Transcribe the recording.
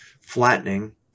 flattening